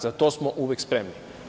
Za to smo uvek spremni.